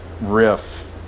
riff